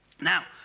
Now